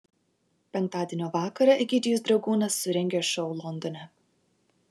penktadienio vakarą egidijus dragūnas surengė šou londone